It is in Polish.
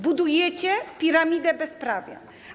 Budujecie piramidę bezprawia.